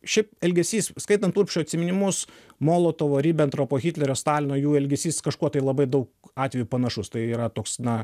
šiaip elgesys skaitant urbšio atsiminimus molotovo ribentropo hitlerio stalino jų elgesys kažkuo tai labai daug atvejų panašus tai yra toks na